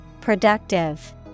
Productive